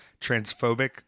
transphobic